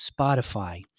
Spotify